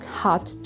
hot